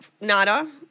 Nada